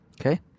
Okay